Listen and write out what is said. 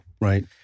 right